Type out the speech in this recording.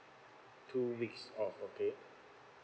two weeks orh okay